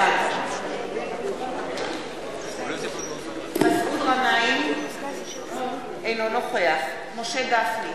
בעד מסעוד גנאים, אינו נוכח משה גפני,